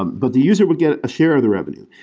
um but the user would get a share of the revenue,